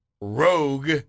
Rogue